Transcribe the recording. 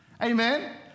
amen